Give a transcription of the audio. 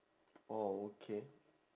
oh okay